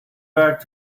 back